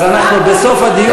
אז אנחנו בסוף הדיון נשאל.